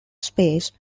space